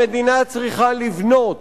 המדינה צריכה לבנות